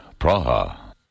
Praha